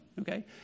Okay